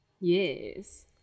Yes